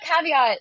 caveat